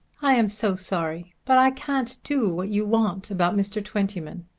i am so sorry, but i can't do what you want about mr. twentyman.